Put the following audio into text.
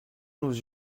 nos